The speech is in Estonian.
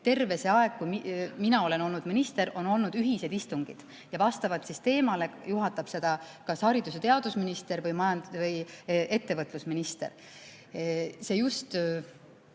terve see aeg, kui mina olen olnud minister, on olnud ühised istungid, mida vastavalt teemale juhatab kas haridus‑ ja teadusminister või ettevõtlusminister. Just